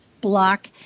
block